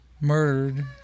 murdered